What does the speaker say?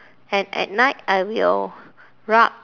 and at night I will rub